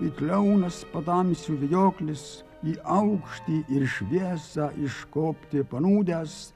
it liaunas patamsių vijoklis į aukštį ir šviesą iškopti panūdęs